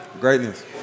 Greatness